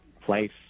place